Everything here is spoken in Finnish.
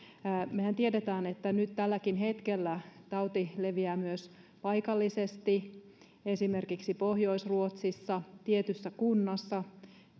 mehän tiedämme että nyt tälläkin hetkellä tauti leviää myös paikallisesti esimerkiksi pohjois ruotsissa tietyssä kunnassa